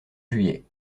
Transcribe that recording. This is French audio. juillet